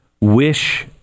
wish